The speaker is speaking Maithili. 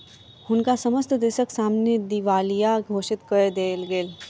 हुनका समस्त देसक सामने दिवालिया घोषित कय देल गेल